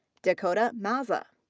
dakota mazza.